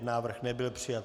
Návrh nebyl přijat.